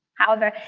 however,